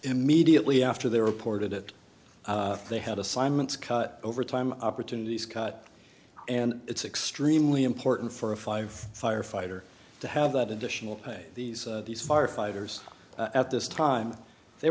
immediately after they reported it they had assignments cut overtime opportunities cut and it's extremely important for a five firefighter to have that additional pay these these firefighters at this time they